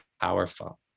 powerful